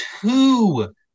two